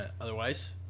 Otherwise